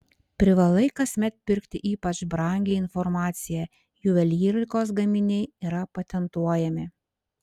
privalai kasmet pirkti ypač brangią informaciją juvelyrikos gaminiai yra patentuojami